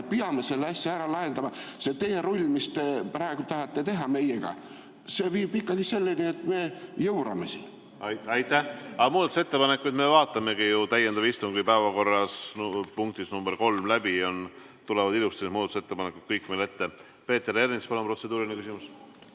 Me peame selle asja ära lahendama. See teerull, mis te praegu tahate teha meiega, viib ikkagi selleni, et me jaurame siin. Aitäh! Aga muudatusettepanekuid me vaatamegi täiendava istungi päevakorras punktis number 3 läbi. Seal tulevad ilusti muudatusettepanekud kõik meil ette. Peeter Ernits, palun protseduuriline küsimus!